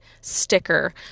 sticker